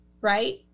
right